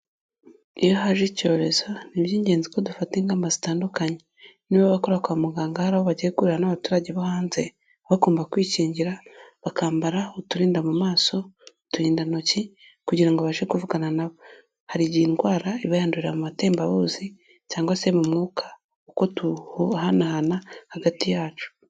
Iyo haje icyorezo ni iby'ingenzi ko dufata ingamba zitandukanye. Niba abakora kwa muganga hari aho bagiye guhurira n'abaturage bo hanze, baba bagomba kwikingira, bakambara uturinda mu maso, uturindantoki kugira ngo babashe kuvugana na bo. Hari igihe indwara iba yandurira mu matembabuzi cyangwa se mu mwuka, uko tuwuhanahana hagati yacu.